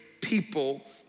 people